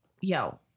yo